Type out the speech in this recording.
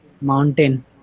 mountain